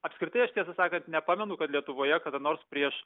apskritai aš tiesą sakant nepamenu kad lietuvoje kada nors prieš